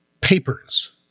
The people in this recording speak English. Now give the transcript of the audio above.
papers